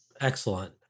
Excellent